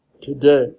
today